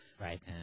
Right